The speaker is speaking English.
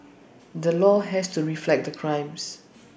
the law has to reflect the crimes